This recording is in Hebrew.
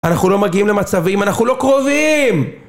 אנחנו לא מגיעים למצבים, אנחנו לא קרובים!